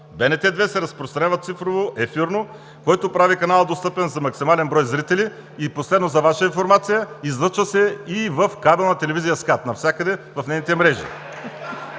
БНТ 2 се разпространява цифрово – ефирно, което прави канала достъпен до максимален брой зрители“. Последно, за Ваша информация – излъчва се и в кабелна телевизия СКАТ – навсякъде в нейните мрежи.